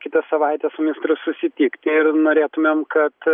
kitą savaitę su ministru susitikti ir norėtumėm kad